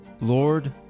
Lord